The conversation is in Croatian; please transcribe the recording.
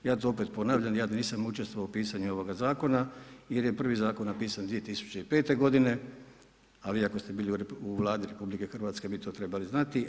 Ja to opet ponavljam, ja nisam učestvovao u pisanju ovoga zakona jer je prvi zakon napisan 2005. godine, a vi ako ste bili u Vladi RH bi to trebali znati.